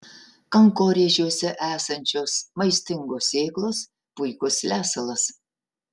kankorėžiuose esančios maistingos sėklos puikus lesalas